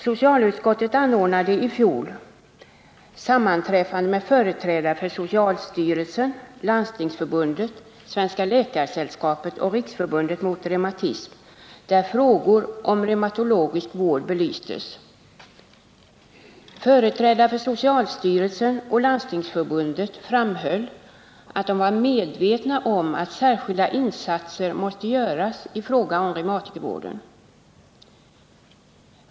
Socialutskottet anordnade i fjol ett sammanträffande med företrädare för socialstyrelsen, Landstingsförbundet, Svenska läkaresällskapet och Riksförbundet mot reumatism, där frågor om reumatologisk vård belystes. Företrädare för socialstyrelsen och Landstingsförbundet framhöll att de var medvetna om att särskilda insatser måste göras i fråga om reumatikervården.